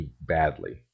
badly